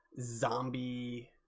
zombie